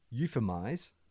euphemize